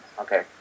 Okay